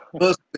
First